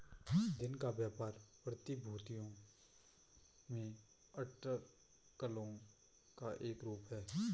दिन का व्यापार प्रतिभूतियों में अटकलों का एक रूप है